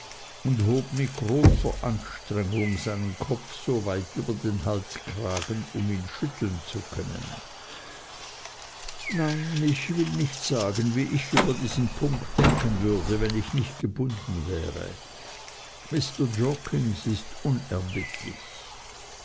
und hob mit großer anstrengung seinen kopf so weit über den halskragen um ihn schütteln zu können nein ich will nicht sagen wie ich über diesen punkt denken würde wenn ich nicht gebunden wäre mr jorkins ist unerbittlich